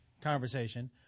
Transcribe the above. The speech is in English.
conversation